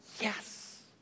yes